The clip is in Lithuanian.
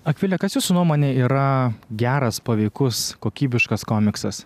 akvilė kas jūsų nuomone yra geras paveikus kokybiškas komiksas